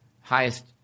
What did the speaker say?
Highest